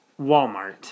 Walmart